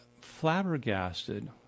flabbergasted